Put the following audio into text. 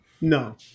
No